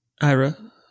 Ira